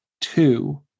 two